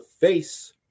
face